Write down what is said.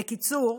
בקיצור,